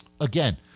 Again